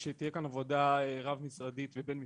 שתהיה כאן עבודה רב משרדית ובין משרדית,